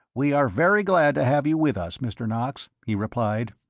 we are very glad to have you with us, mr. knox, he replied.